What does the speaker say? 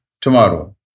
tomorrow